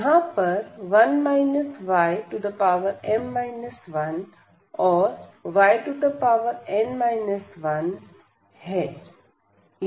यहां पर 1 ym 1 और yn 1 है